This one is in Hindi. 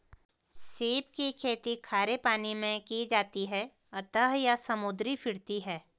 सीप की खेती खारे पानी मैं की जाती है अतः यह समुद्री फिरती है